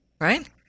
Right